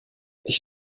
ich